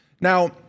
Now